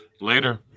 Later